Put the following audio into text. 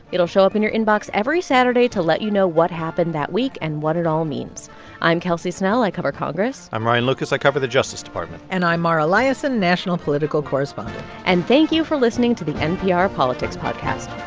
it'll show up in your inbox every saturday to let you know what happened that week and what it all means i'm kelsey snell, i cover congress i'm ryan lucas. i cover the justice department and i'm mara liasson, national political correspondent and thank you for listening to the npr politics podcast